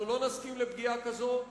אנחנו לא נסכים לפגיעה כזאת,